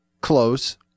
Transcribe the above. close